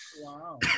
Wow